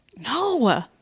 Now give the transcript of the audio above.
No